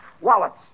Wallets